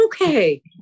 Okay